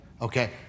Okay